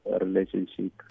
relationship